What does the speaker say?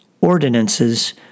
ordinances